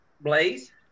Blaze